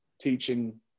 teaching